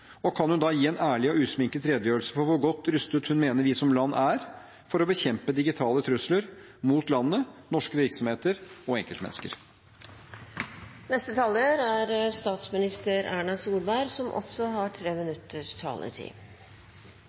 Og kan hun da gi en ærlig og usminket redegjørelse for hvor godt rustet hun mener vi som land er for å bekjempe digitale trusler mot landet, norske virksomheter og